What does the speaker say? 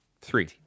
three